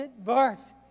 verse